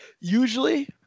usually